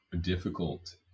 difficult